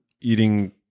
eating